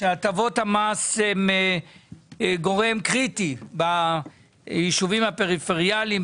סברנו שהטבות המס הן גורם קריטי ביישובים הפריפריאליים,